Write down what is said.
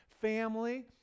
family